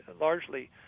largely